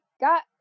got